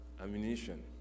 Ammunition